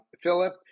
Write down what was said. Philip